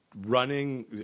running